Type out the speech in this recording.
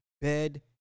bed